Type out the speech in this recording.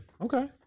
Okay